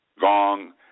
Gong